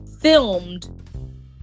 filmed